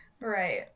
right